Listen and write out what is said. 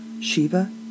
Shiva